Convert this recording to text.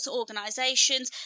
organisations